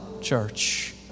church